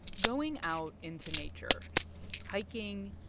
going out into nature hiking,